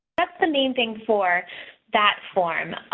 that's the main thing for that form.